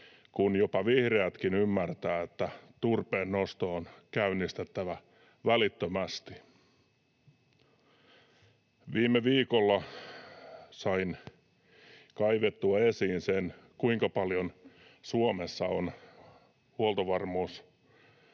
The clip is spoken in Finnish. kun jopa vihreätkin ymmärtävät, että turpeen nosto on käynnistettävä välittömästi. Viime viikolla sain kaivettua esiin sen, kuinka paljon Suomessa on Huoltovarmuuskeskuksen